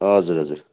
हजुर हजुर